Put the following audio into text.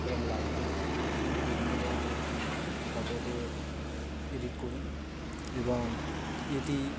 এবং লাইটরুম এখানে বিভিন্ন ধরনের ফটোতে এডিট করি এবং এটি